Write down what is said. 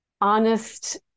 honest